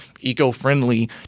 eco-friendly